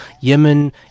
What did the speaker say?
Yemen